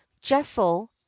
jessel